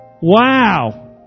wow